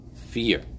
fear